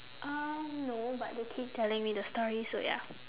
um no but they keep telling me the story so ya